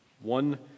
One